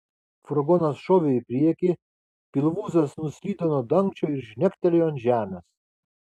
furgonas šovė į priekį pilvūzas nuslydo nuo dangčio ir žnegtelėjo ant žemės